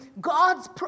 God's